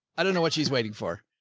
i don't know what she's waiting for,